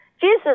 Jesus